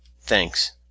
Thanks